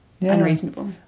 unreasonable